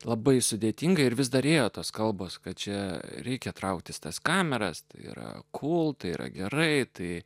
labai sudėtinga ir vis dažnėjo tos kalbos kad čia reikia trauktis tas kameras tai yra kol tai yra gerai tai